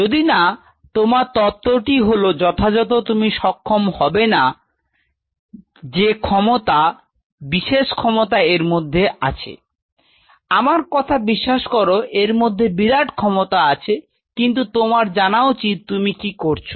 যদিনা তোমার তত্ত্বটি হল যথাযথ তুমি সক্ষম হবে না যে ক্ষমতা যে বিশেষ ক্ষমতা এর মধ্যে আছে আমার কথা বিশ্বাস কর এর মধ্যে বিরাট ক্ষমতা আছে কিন্তু তোমার জানা উচিত তুমি কি করছ